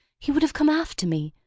he would have come after me,